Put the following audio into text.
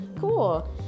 Cool